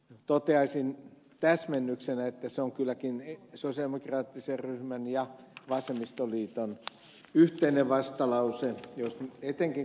toteaisin täsmennyksenä että se on kylläkin sosiaalidemokraattisen ryhmän ja vasemmistoliiton yhteinen vastalause